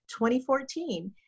2014